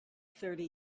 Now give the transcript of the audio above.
thirty